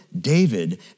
David